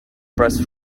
press